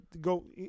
go